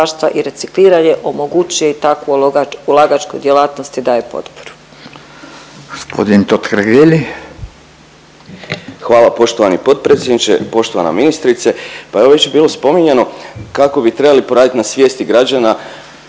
i recikliranje omogućuje i takvu ulagačku djelatnost i daje potporu.